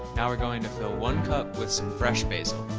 now we're going to fill one cup with some fresh basil.